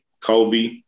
Kobe